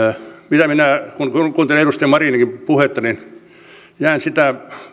kun kuuntelin edustaja marinin puhetta niin jäin sitä